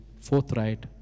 forthright